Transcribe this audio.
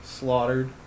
Slaughtered